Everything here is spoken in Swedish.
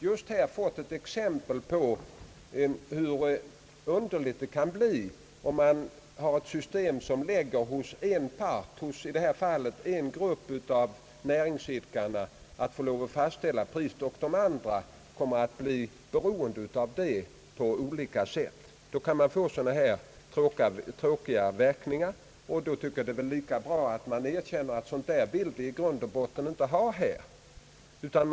just fått ett exempel på hur underliga verkningarna kan bli av ett system, som lägger hos en part — i det här fallet en grupp av näringsidkarna — att fastställa priset, varefter de andra näringsidkarna blir beroende av det på olika sätt. Då är det väl lika bra att erkänna, att man i grund och botten inte vill ha sådana förhållanden.